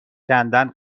کندن